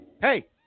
Hey